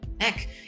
Heck